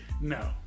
No